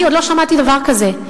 אני עוד לא שמעתי דבר כזה.